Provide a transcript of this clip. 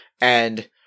and-